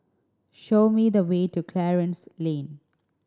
show me the way to Clarence Lane